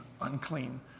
unclean